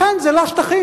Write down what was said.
לכן זה לא שטחים.